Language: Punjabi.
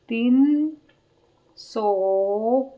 ਤਿੰਨ ਸੌ